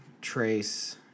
trace